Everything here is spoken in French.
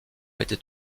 était